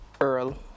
Earl